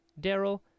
Daryl